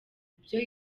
ibyo